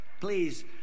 Please